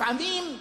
לפעמים,